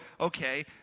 okay